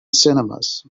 cinemas